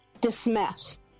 dismissed